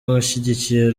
abashyigikiye